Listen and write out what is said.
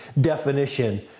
definition